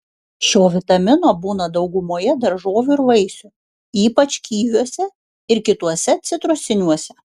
šio vitamino būna daugumoje daržovių ir vaisių ypač kiviuose ir kituose citrusiniuose